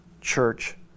church